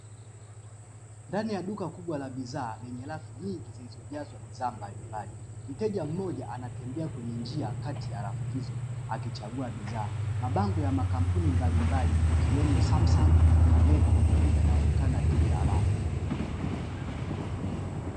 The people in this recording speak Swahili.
Ndani ya duka kubwa la bidhaa lenye rafu nyingi zilizojazwa bidhaa mbalimbali. Mteja mmoja anatembea kwenye njia kati ya rafu hizo akichagua bidhaa. Mabango ya makampuni mbalimbali yakiwemo Sumsung na Meko yanaonekana juu ya rafu.